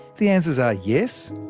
the answers are yes,